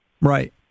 Right